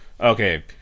Okay